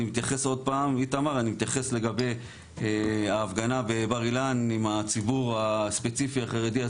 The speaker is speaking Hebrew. אני מתייחס לגבי ההפגנה בבר אילן עם הציבור הספציפי החרדי.